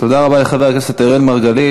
תודה רבה לחבר הכנסת אראל מרגלית.